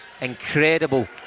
Incredible